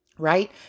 Right